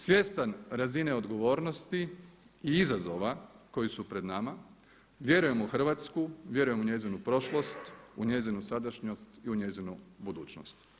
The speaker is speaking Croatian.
Svjestan razine odgovornosti i izazova koji su pred nama vjerujem u Hrvatsku, vjerujem u njezinu prošlost, u njezinu sadašnjost i u njezinu budućnost.